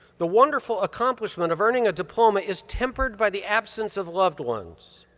the wonderful accomplishment of earning a diploma is tempered by the absence of loved ones.